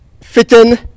fitting